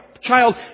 child